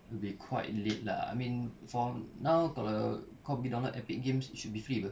it will be quite late lah I mean for now kalau kau pergi download epic games it should be free [pe]